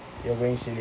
ya